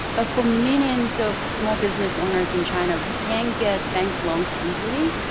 ah for millions of small business owners in china who can't get bank loans easily,